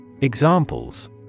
Examples